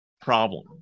problem